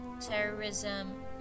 Terrorism